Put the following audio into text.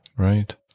right